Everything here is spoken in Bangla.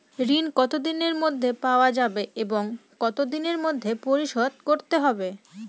ঋণ কতদিনের মধ্যে পাওয়া যাবে এবং কত দিনের মধ্যে পরিশোধ করতে হবে?